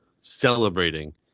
celebrating